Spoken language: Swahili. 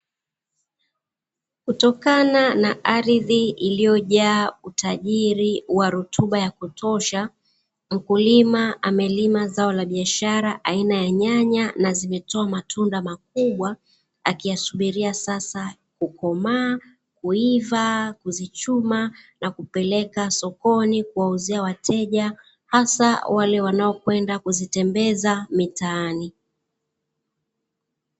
Kutokana na ardhi iliyojaa utajiri wa rutuba ya kutosha mkulima amelima zao la biashara aina ya nyanya na zimetoa matunda makubwa akiyasubiria sasa kukomaa, kuiva, kuzichuma na kupeleka sokoni kuwauzia wateja hasa wale wanaokwenda kuzitembeza mitaani.